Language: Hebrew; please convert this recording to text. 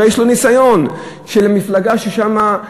אלא יש לו ניסיון של מפלגה ששמה,